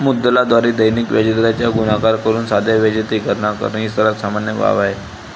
मुद्दलाद्वारे दैनिक व्याजदराचा गुणाकार करून साध्या व्याजाची गणना करणे ही सर्वात सामान्य बाब आहे